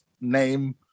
name